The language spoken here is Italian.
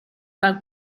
per